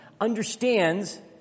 understands